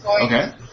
Okay